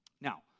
Now